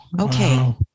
okay